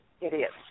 idiots